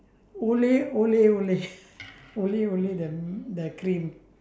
olay olay olay olay olay the m~ the cream